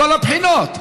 מכל הבחינות.